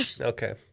Okay